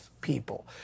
people